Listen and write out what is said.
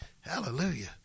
hallelujah